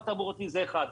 זה דבר אחד.